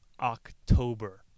October